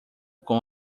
com